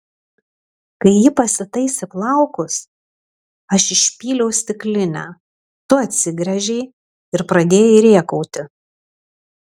kai ji pasitaisė plaukus aš išpyliau stiklinę tu atsigręžei ir pradėjai rėkauti